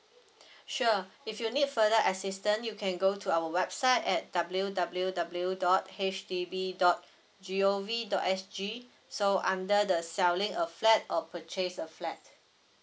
sure if you need further assistant you can go to our website at W W W dot H D B dot G O B dot S G so under the selling a flat or purchase a flat